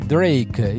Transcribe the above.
Drake